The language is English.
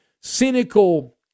cynical